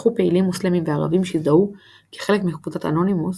פתחו פעילים מוסלמים וערבים שהזדהו כחלק מקבוצת אנונימוס,